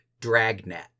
Dragnet